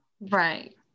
right